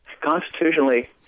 Constitutionally